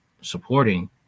supporting